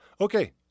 Okay